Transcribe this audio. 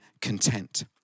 content